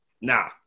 nah